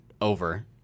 over